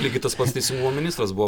lygiai tas pats teisingumo ministras buvo